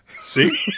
See